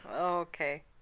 Okay